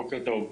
בוקר טוב.